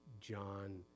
John